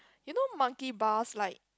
you know monkey bars like